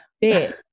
big